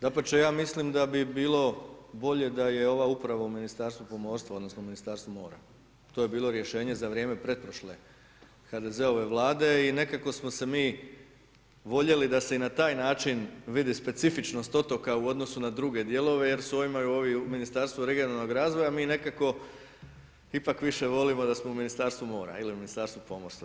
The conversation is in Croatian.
Dapače, ja mislim da bi bilo bolje da je ova uprava u Ministarstvu pomorstva odnosno u Ministarstvo mora, to je bilo rješenje za vrijeme pretprošle HDZ-ove Vlade i nekako smo se mi voljeli da se i na taj način vidi specifičnost otoka u odnosu na druge dijelove … u Ministarstvu regionalnog razvoja mi nekako ipak više volimo da smo u Ministarstvu mora ili u Ministarstvu pomorstva.